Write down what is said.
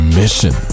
mission